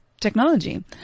technology